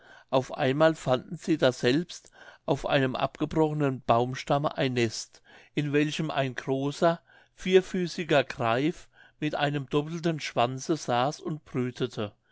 auf einmal fanden sie daselbst auf einem abgebrochenen baumstamme ein nest in welchem ein großer vierfüßiger greif mit einem doppeltem schwanze saß und brütete